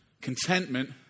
Contentment